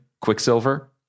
Quicksilver